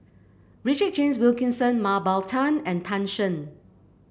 Richard James Wilkinson Mah Bow Tan and Tan Shen